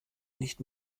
nicht